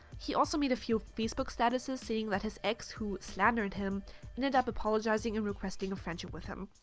he also made a few facebook statuses saying that his ex who slandered him ended up apologizing and requesting a friendship with him.